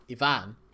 Ivan